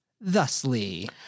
thusly